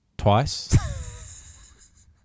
twice